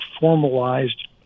formalized